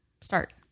start